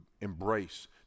embrace